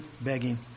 begging